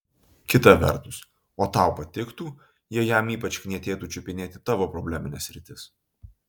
kita vertus o tau patiktų jei jam ypač knietėtų čiupinėti tavo problemines sritis